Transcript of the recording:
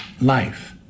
life